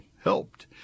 helped